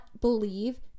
believe